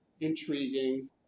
intriguing